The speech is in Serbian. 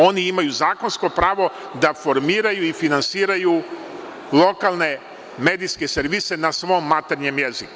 Oni imaju zakonsko pravo da formiraju i finansiraju lokalne medijske servise na svom maternjem jeziku.